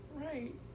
Right